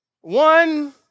one